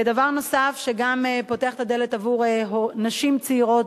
דבר נוסף שפותח את הדלת עבור נשים צעירות